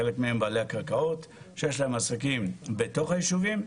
חלק מהם בעלי הקרקעות שיש להם עסקים בתוך היישובים,